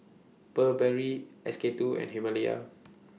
Burberry SK two and Himalaya